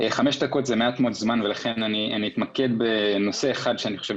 חמש דקות זה מעט מאוד זמן ולכן אני אתמקד בנשוא אחד שאני חושב